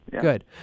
good